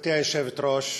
גברתי היושבת-ראש,